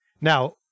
Now